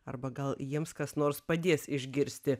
arba gal jiems kas nors padės išgirsti